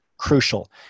crucial